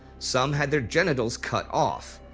some had their genitals cut off.